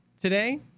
today